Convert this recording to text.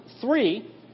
three